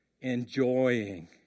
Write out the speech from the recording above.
enjoying